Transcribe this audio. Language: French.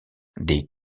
des